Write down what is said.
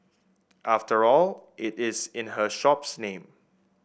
after all it is in her shop's name